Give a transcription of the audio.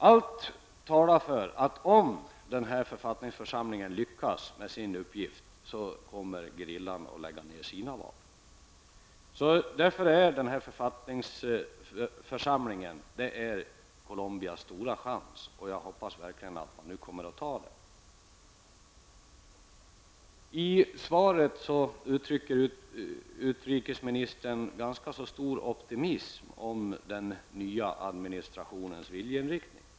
Allt talar för att om författningsförsamlingen lyckas med sin uppgift, så kommer gerillan att lägga ner sina vapen. Författningsförsamlingen är därför Colombias stora chans, och jag hoppas verkligen att man nu tar den. I sitt svar uttrycker utrikesministern ganska stor optimism om den nya administrationens viljeinriktning.